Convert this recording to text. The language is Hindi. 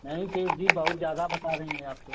नहीं सेठ जी बहुत ज्यादा बता रहे हैं आप तो